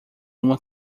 uma